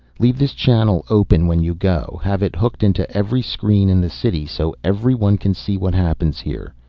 leave this channel open when you go. have it hooked into every screen in the city so everyone can see what happens here.